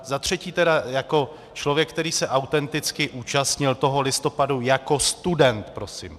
Za třetí jako člověk, který se autenticky zúčastnil toho listopadu jako student prosím.